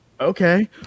okay